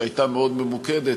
שהייתה מאוד ממוקדת,